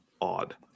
odd